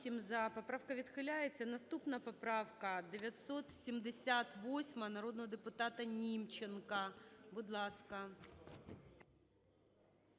Поправка відхиляється. Наступна поправка – 983, народного депутата Німченка. Прошу, вам